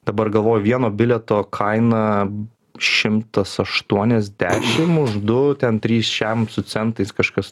dabar galvoju vieno bilieto kaina šimtas aštuoniasdešim už du ten trys šiam su centais kažkas